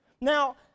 Now